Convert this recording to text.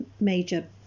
major